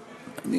שיעי.